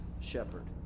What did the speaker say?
shepherd